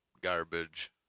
garbage